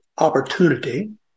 opportunity